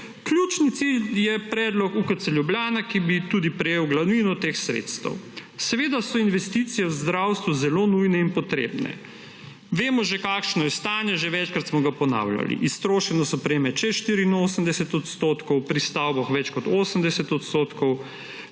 Ključni cilj je predlog UKC Ljubljana, ki bi tudi prejel glavnino teh sredstev. Seveda so investicije v zdravstvo zelo nujne in potrebne. Vemo že, kakšno je stanje, že večkrat smo ga ponavljali. Iztrošenost opreme čez 84 %, pri stavbah več kot 80 %.